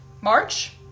March